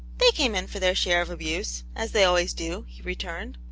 they came in for their share of abuse, as they always do, he returned.